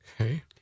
Okay